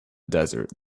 desert